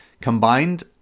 Combined